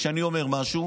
כשאני אומר משהו,